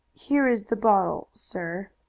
here is the bottle, sir,